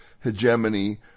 hegemony